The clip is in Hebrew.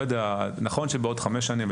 נכון שבעוד חמש שנים,